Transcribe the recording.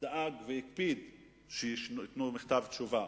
הוא דאג והקפיד שייתנו לכל אחד מכתב תשובה.